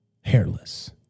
Hairless